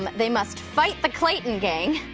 they must fight the clayton gang,